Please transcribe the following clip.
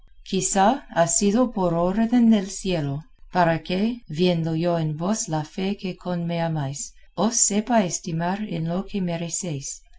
quizá ha sido por orden del cielo para que viendo yo en vos la fe con que me amáis os sepa estimar en